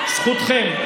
זכותכם.